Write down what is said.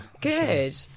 Good